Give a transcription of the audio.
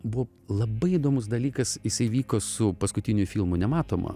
buvo labai įdomus dalykas jisai vyko su paskutiniu filmu nematoma